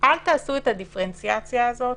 אל תעשו את הדיפרנציאציה הזאת.